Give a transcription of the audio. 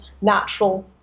natural